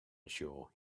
unsure